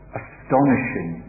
astonishing